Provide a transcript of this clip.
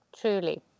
truly